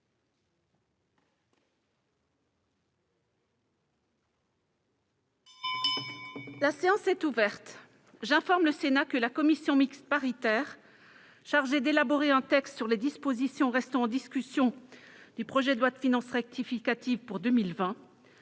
La séance est reprise. J'informe le Sénat que la commission mixte paritaire chargée d'élaborer un texte sur les dispositions restant en discussion du projet de loi de finances rectificative pour 2020